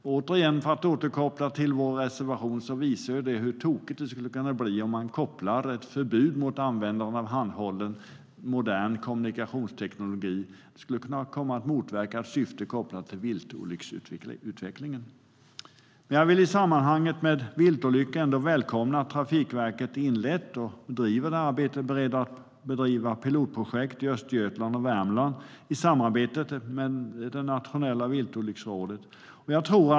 Låt mig återkoppla till vår reservation och framhålla att detta visar hur tokigt det skulle kunna bli med ett förbud mot användning av handhållen, modern kommunikationsteknologi. Det skulle kunna komma att motverka ett syfte kopplat till viltolycksutvecklingen. Jag välkomnar att Trafikverket har inlett ett arbete med pilotprojekt i Östergötland och Värmland i samarbete med Nationella viltolycksrådet.